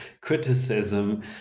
criticism